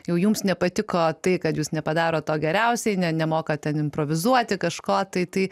jau jums nepatiko tai kad jūs nepadarot to geriausiai ne nemokat ten improvizuoti kažko tai tai